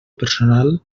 personal